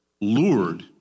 lured